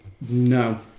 No